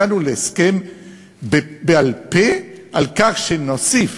הגענו להסכם בעל-פה על כך שנוסיף